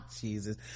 Jesus